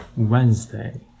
Wednesday